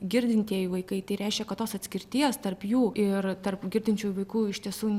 girdintieji vaikai tai reiškia kad tos atskirties tarp jų ir tarp girdinčių vaikų iš tiesų